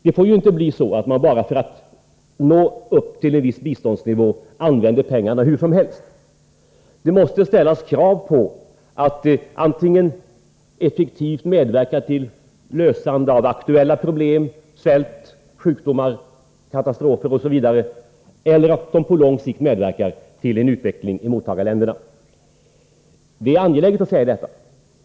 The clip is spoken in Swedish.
Det får inte bli så att man bara för att nå upp till en viss biståndsnivå använder pengarna hur som helst. Det måste ställas krav på antingen att vi effektivt medverkar till lösandet av aktuella problem — svält, sjukdomar, andra katastrofer osv. — eller att vi på lång sikt medverkar till en utveckling i mottagarländerna. Det är angeläget att säga detta.